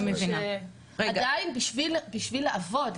עדיין, בשביל לעבוד,